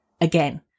again